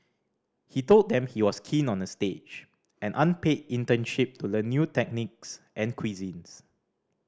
he told them he was keen on a stage an unpaid internship to learn new techniques and cuisines